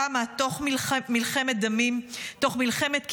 קמה, תוך מלחמה דמים, תוך מלחמת כיבוש,